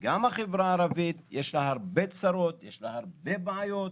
גם לחברה הערבית יש הרבה צרות והרבה בעיות.